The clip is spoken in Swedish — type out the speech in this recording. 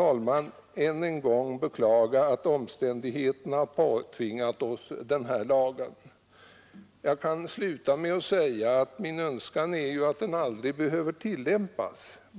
beklagar än en gång, herr talman, att omständigheterna påtvingar oss denna lag. Jag kan sluta med att säga att min önskan är att den aldrig behöver tillämpas.